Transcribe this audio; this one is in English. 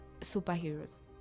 superheroes